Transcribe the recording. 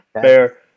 Fair